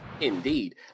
Indeed